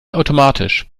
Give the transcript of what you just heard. automatisch